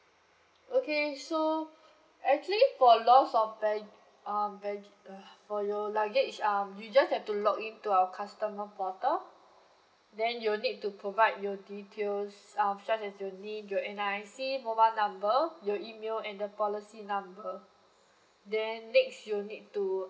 okay so actually for loss of bag~ uh bag~ uh for your luggage um you just have to log in to our customer portal then you will need to provide your details um such as your name your N_R_I_C mobile number your email and the policy number then next you'll need to